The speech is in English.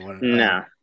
No